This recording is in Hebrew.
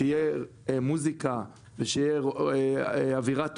שתהיה מוזיקה ותהיה אווירה טובה,